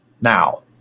Now